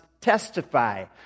testify